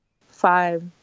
five